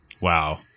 wow